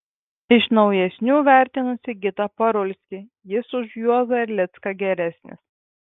iš naujesnių vertinu sigitą parulskį jis už juozą erlicką geresnis